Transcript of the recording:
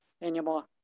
anymore